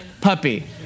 puppy